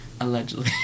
Allegedly